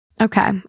Okay